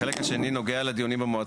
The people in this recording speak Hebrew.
החלק השני נוגע לדיונים במועצה הארצית.